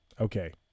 Okay